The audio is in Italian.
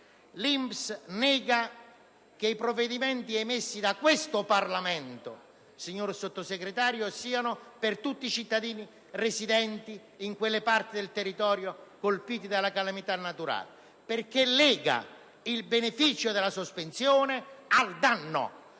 L'INPS nega che i provvedimenti approvati da questo Parlamento, signor Sottosegretario, riguardino tutti i cittadini residenti in quelle parti del territorio colpite dalle calamità naturali, perché lega il beneficio della sospensione al danno;